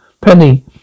Penny